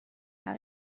how